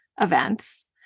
events